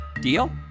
Deal